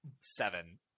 seven